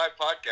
podcast